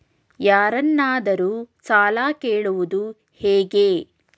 ಯಾರನ್ನಾದರೂ ಸಾಲ ಕೇಳುವುದು ಹೇಗೆ?